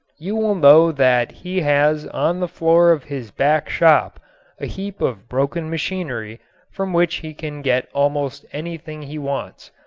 you will know that he has on the floor of his back shop a heap of broken machinery from which he can get almost anything he wants,